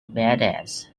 badass